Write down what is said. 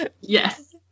Yes